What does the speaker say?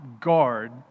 guard